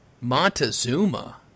Montezuma